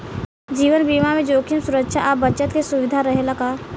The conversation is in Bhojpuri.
जीवन बीमा में जोखिम सुरक्षा आ बचत के सुविधा रहेला का?